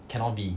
cannot be